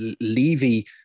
Levy